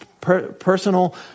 personal